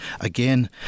Again